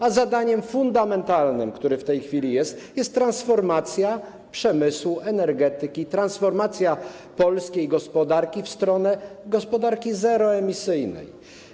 A zadaniem fundamentalnym, które jest w tej chwili, jest transformacja przemysłu, energetyki, transformacja polskiej gospodarki w stronę gospodarki zeroemisyjnej.